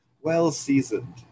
Well-seasoned